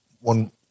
one